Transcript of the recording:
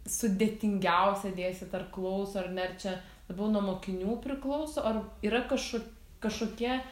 sudėtingiausia dėstyt ar klauso ar ne ar čia būna mokinių priklauso ar yra kašo kašokie